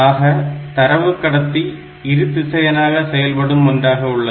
ஆக தரவு கடத்தி இருதிசையனாக செயல்படும் ஒன்றாக உள்ளது